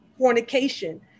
fornication